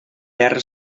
terra